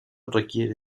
requiere